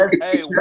hey